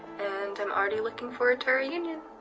and i'm already looking forward to our reunion.